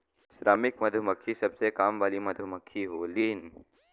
श्रमिक मधुमक्खी सबसे काम वाली मधुमक्खी होलीन